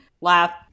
laugh